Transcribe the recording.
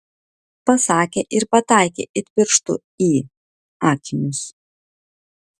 pasakė ir pataikė it pirštu į akinius